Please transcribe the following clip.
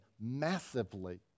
massively